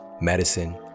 medicine